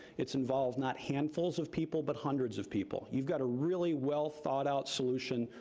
it's involved not handfuls of people, but hundreds of people. you've got a really well thought-out solution,